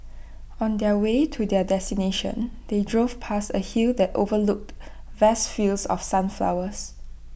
on the way to their destination they drove past A hill that overlooked vast fields of sunflowers